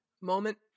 moment